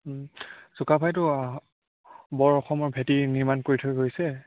চুকাফাইটো বৰ অসমৰ ভেটি নিৰ্মাণ কৰি থৈ গৈছে